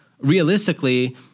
Realistically